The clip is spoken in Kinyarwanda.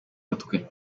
mutwe